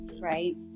right